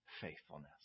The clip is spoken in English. faithfulness